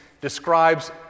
describes